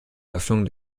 öffnung